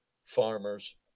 farmers